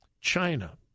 China